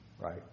right